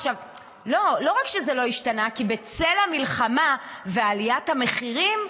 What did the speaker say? לא רק שזה לא השתנה, בצל המלחמה ועליית המחירים,